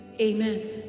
Amen